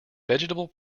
vegetable